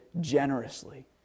generously